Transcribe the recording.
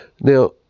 Now